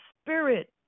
spirit